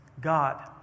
God